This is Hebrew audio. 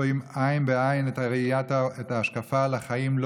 רואים עין בעין את ההשקפה על החיים,